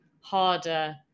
harder